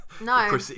No